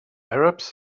arabs